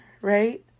right